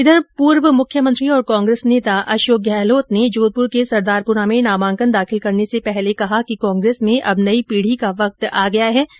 इधर पूर्व मुख्यमंत्री और कांग्रेस नेता अशोक गहलोत ने जोधपूर में नामांकन दाखिल करने से पहले कहा कि कांग्रेस में अब नई पीढ़ी का वक्त आ गया है ै